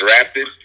drafted